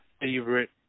favorite